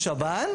בשב"ן,